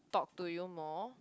talk to you more